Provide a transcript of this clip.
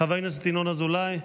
חבר הכנסת ינון אזולאי,